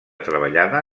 treballada